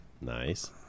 Nice